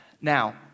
Now